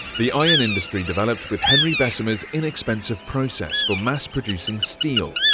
the iron industry developed with henry bessemer's inexpensive process for mass-producing steel.